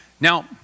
Now